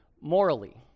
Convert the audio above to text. morally